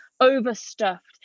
overstuffed